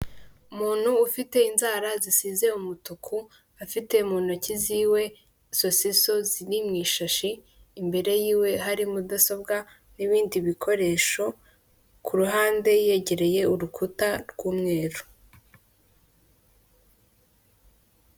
Umuntu ufite inzara zisize y'umutuku, afite mu ntoki ze sosiso ziri mu ishashi , kandi imbere ye hari mudasobwa n'ibindi bikoresho. Yegereye urukuta rusize ibara ry'umweru.